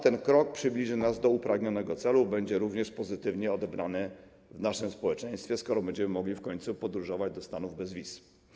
Ten krok przybliży nas do upragnionego celu i będzie również pozytywnie odebrany w naszym społeczeństwie, skoro będziemy mogli w końcu podróżować do Stanów bez wiz.